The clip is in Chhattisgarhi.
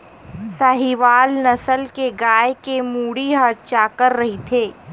साहीवाल नसल के गाय के मुड़ी ह चाकर रहिथे